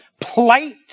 plight